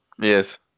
Yes